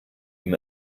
ihm